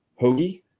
Hoagie